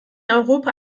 europa